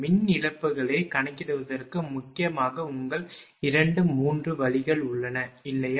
மின் இழப்புகளைக் கணக்கிடுவதற்கு முக்கியமாக உங்கள் 2 3 வழிகள் உள்ளன இல்லையா